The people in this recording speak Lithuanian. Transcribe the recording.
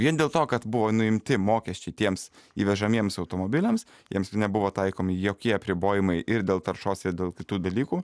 vien dėl to kad buvo nuimti mokesčiai tiems įvežamiems automobiliams jiems ir nebuvo taikomi jokie apribojimai ir dėl taršos ir dėl kitų dalykų